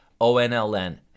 ONLN